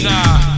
Nah